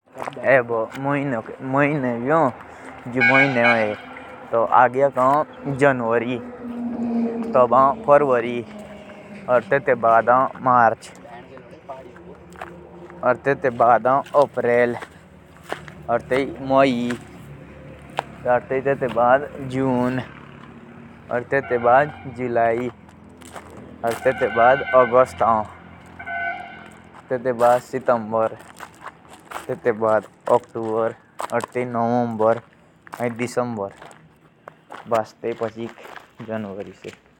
जनवरी, फरवरी, मार्च, अप्रैल, मई, जून, जुलाई, अगस्त, सितंबर, नंबर, दिसंबर।